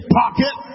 pocket